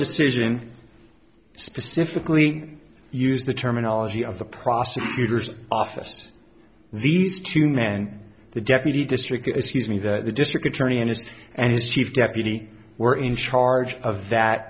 decision specifically use the terminology of the prosecutors office these two men the deputy district excuse me the district attorney and his and his chief deputy were in charge of that